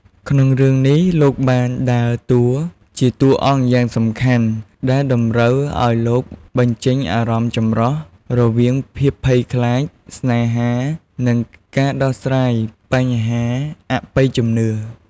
នៅក្នុងរឿង នេះលោកបានដើរតួជាតួអង្គយ៉ាងសំខាន់ ដែលតម្រូវឱ្យលោកបញ្ចេញអារម្មណ៍ចម្រុះ រវាងភាពភ័យខ្លាច ស្នេហា និងការដោះស្រាយបញ្ហាអបិយជំនឿ។